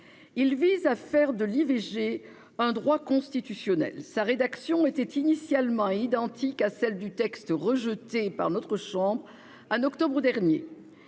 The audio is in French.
Il vise à faire de l'IVG un droit constitutionnel. Sa rédaction était initialement identique à celle du texte rejeté par notre chambre en octobre dernier.